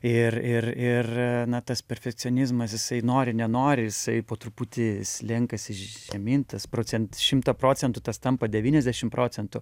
ir ir ir na tas perfekcionizmas jisai nori nenori jisai po truputį slenkasi žemyn tas procen šimtą procentų tas tampa devyniasdešim procentų